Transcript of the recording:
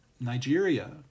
Nigeria